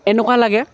এনেকুৱা লাগে